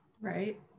right